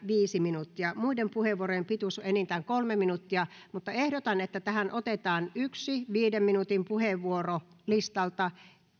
viisi minuuttia muiden puheenvuorojen pituus on enintään kolme minuuttia mutta ehdotan että tähän otetaan yksi viiden minuutin puheenvuoro listalta